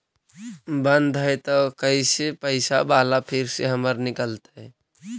बन्द हैं त कैसे पैसा बाला फिर से हमर निकलतय?